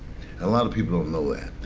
a lot of people don't know that.